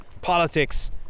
politics